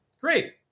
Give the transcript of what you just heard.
Great